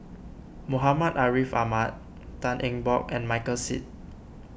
Muhammad Ariff Ahmad Tan Eng Bock and Michael Seet